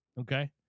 okay